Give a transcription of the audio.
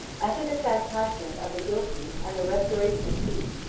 after the chastisement of the guilty, and the restoration of peace,